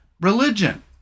religion